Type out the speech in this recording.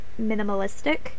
minimalistic